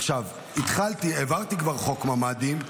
עכשיו, העברתי כבר חוק ממ"דים,